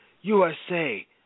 USA